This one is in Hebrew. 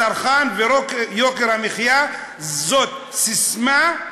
הצרכן ויוקר המחיה זאת ססמה,